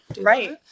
right